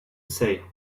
say